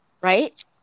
right